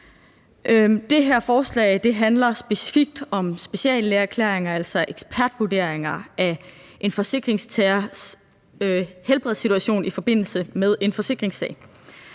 Det her forslag handler specifikt om speciallægeerklæringer, altså ekspertvurderinger af en forsikringstagers helbredssituation i forbindelse med en forsikringssag.